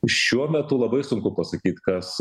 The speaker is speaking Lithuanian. šiuo metu labai sunku pasakyt kas